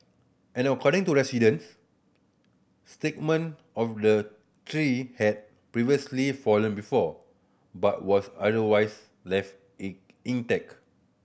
and according to residents segment of the tree had previously fallen before but was otherwise left in intact